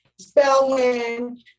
spelling